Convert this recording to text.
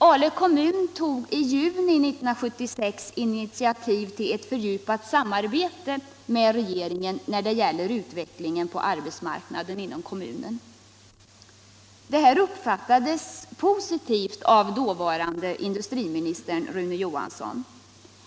Ale kommun tog i juni 1976 initiativ till ett fördjupat samarbete med regeringen beträffande utvecklingen på arbetsmarknaden inom kommunen. Detta uppfattades positivt av dåvarande industriminister Rune Johansson.